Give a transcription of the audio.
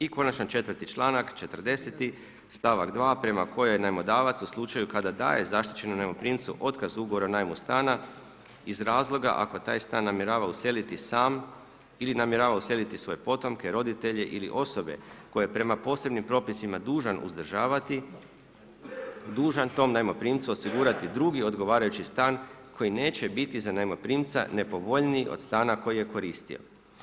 I konačno 4. članak 40.-ti, stavak 2. prema kojem najmodavac u slučaju kada daje zaštićenom najmoprimcu otkaz ugovora o najmu stana iz razloga ako taj stan namjerava useliti sam ili namjerava useliti svoje potomke, roditelje ili osobe koje je prema posebnim propisima dužan uzdržavati, dužan tom najmoprimcu osigurati drugi odgovarajući stan koji neće biti za najmoprimca nepovoljniji od stana koji je koristio.